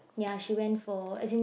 ya she went for I think